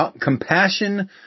compassion